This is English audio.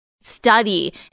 study